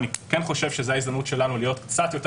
אני כן חושב שזאת ההזדמנות שלנו להיות קצת יותר